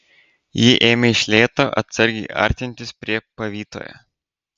ji ėmė iš lėto atsargiai artintis prie pavytojo